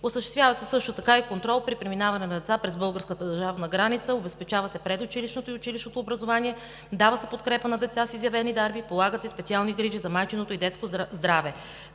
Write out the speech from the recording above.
осъществява се също така и контрол при преминаване на деца през българската държавна граница; обезпечава се предучилищното и училищното образование; дава се подкрепа на деца с изявени дарби; полагат се специални грижи за майчиното и детското здраве.